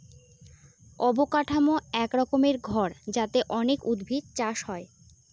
অবকাঠামো এক রকমের ঘর যাতে অনেক উদ্ভিদ চাষ হয়